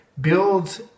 build